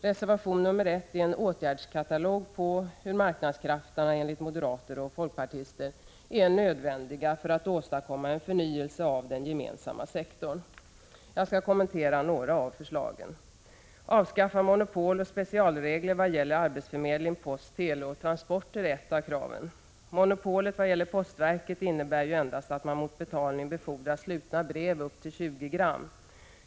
Reservation 1 är en åtgärdskatalog på hur marknadskrafterna enligt moderater och folkpartister är nödvändiga för att man skall kunna åstadkomma en förnyelse av den gemensamma sektorn. Jag skall kommentera några av förslagen. Avskaffa monopol och specialregler vad gäller arbetsförmedling, post, tele och transporter är ett av kraven. Monopolet vad gäller postverket innebär endast att man mot betalning befordrar slutna brev upp till 20 gram.